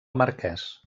marquès